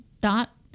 dot